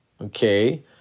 Okay